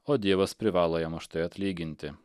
o dievas privalo jam už tai atlyginti